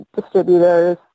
distributors